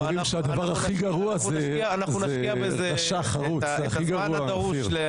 אנחנו נשקיע בזה את הזמן הדרוש.